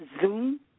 Zoom